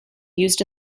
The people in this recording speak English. used